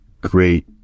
great